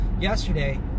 yesterday